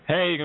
Hey